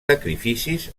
sacrificis